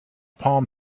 palm